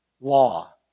law